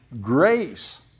grace